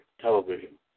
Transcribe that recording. television